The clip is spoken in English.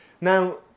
Now